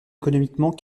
économiquement